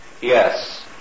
Yes